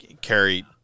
Carrie